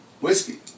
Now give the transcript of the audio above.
Whiskey